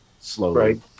slowly